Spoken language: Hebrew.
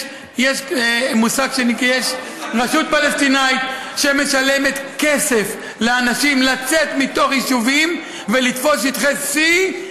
יש רשות פלסטינית שמשלמת כסף לאנשים לצאת מיישובים ולתפוס שטחי C,